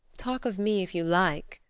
talk of me if you like,